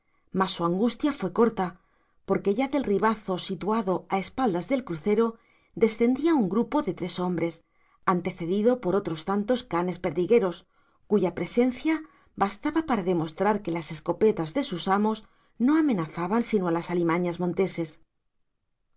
mas su angustia fue corta porque ya del ribazo situado a espaldas del crucero descendía un grupo de tres hombres antecedido por otros tantos canes perdigueros cuya presencia bastaba para demostrar que las escopetas de sus amos no amenazaban sino a las alimañas monteses